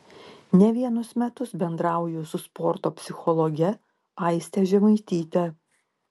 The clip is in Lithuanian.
ne vienus metus bendrauju su sporto psichologe aiste žemaityte